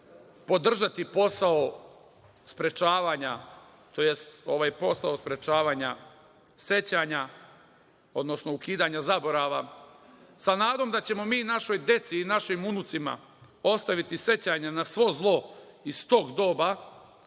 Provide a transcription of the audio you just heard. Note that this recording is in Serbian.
podržati posao sprečavanja, tj. ovaj posao sprečavanja sećanja, odnosno ukidanja zaborava sa nadom da ćemo mi našoj deci i našim unucima ostaviti sećanja na svo zlo iz tog doba